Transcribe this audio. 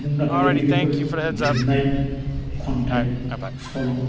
मुंदांखा लिरगिरिफोर लिरनाय खन्थाइ सल'